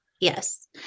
yes